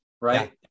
right